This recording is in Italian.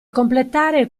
completare